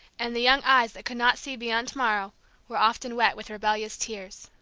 and the young eyes that could not see beyond to-morrow were often wet with rebellious tears.